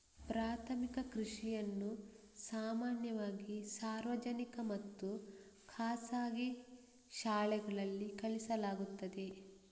ಪ್ರಾಥಮಿಕ ಕೃಷಿಯನ್ನು ಸಾಮಾನ್ಯವಾಗಿ ಸಾರ್ವಜನಿಕ ಮತ್ತು ಖಾಸಗಿ ಶಾಲೆಗಳಲ್ಲಿ ಕಲಿಸಲಾಗುತ್ತದೆ